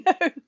No